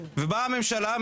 ובאה הממשלה,